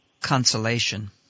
consolation